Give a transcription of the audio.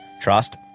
trust